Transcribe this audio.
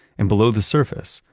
and below the surface,